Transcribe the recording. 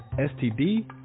STD